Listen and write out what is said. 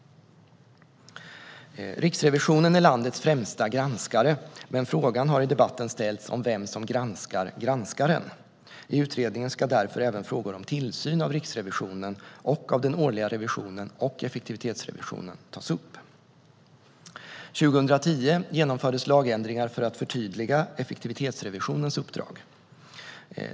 Riksrevisionen är landets främsta granskare, men frågan har i debatten ställts om vem som granskar granskaren. I utredningen ska därför även frågor om tillsyn av Riksrevisionen, den årliga revisionen och effektivitetsrevisionen tas upp. År 2010 genomfördes lagändringar för att förtydliga effektivitetsrevisionens uppdrag.